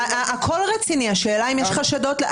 הכול רציני, השאלה היא אם יש חשדות.